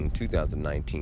2019